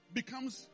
becomes